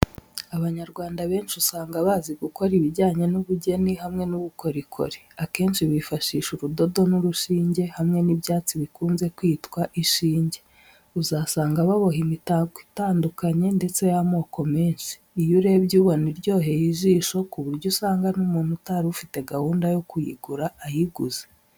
Abanyarwanda benshi usanga bazi gukora ibijyanye n'ubugeni hamwe n'ubukorikori. Akenshi bifashisha urudodo n'urushinge, hamwe n'ibyatsi bikunze kwitwa ishinge. Uzasanga baboha imitako itandukanye ndetse y'amoko menshi. Iyo uyirebye ubona iryoheye ijisho ku buryo usanga n'umuntu utari ufite gahunda yo kuyigura ayiguze.